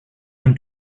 him